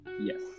Yes